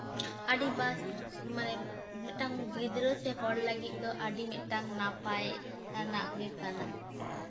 ᱟᱹᱰᱤ ᱵᱟᱥ ᱢᱟᱱᱮ ᱢᱤᱫᱴᱟᱝ ᱜᱤᱫᱽᱨᱟᱹ ᱥᱮ ᱦᱚᱲ ᱞᱟᱹᱜᱤᱫ ᱫᱚ ᱟᱹᱰᱤ ᱢᱤᱫᱴᱟᱝ ᱱᱟᱯᱟᱭ ᱟᱱᱟᱜ ᱜᱮ ᱠᱟᱱᱟ